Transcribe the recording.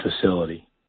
facility